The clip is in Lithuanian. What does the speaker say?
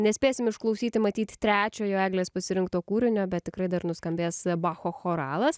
nespėsim išklausyti matyt trečiojo eglės pasirinkto kūrinio bet tikrai dar nuskambės bacho choralas